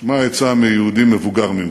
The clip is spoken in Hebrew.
שמע עצה מיהודי מבוגר ממך.